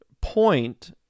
point